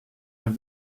have